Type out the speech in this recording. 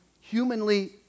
humanly